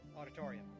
auditorium